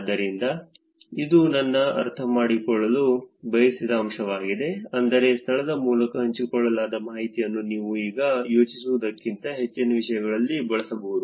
ಆದ್ದರಿಂದ ಇದು ನಾನು ಅರ್ಥಮಾಡಿಕೊಳ್ಳಲು ಬಯಸಿದ ಅಂಶವಾಗಿದೆ ಅಂದರೆ ಸ್ಥಳದ ಮೂಲಕ ಹಂಚಿಕೊಳ್ಳಲಾದ ಮಾಹಿತಿಯನ್ನು ನೀವು ಈಗ ಯೋಚಿಸುವುದಕ್ಕಿಂತ ಹೆಚ್ಚಿನ ವಿಷಯಗಳಿಗೆ ಬಳಸಬಹುದು